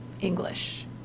English